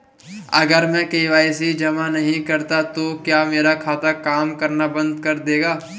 अगर मैं के.वाई.सी जमा नहीं करता तो क्या मेरा खाता काम करना बंद कर देगा?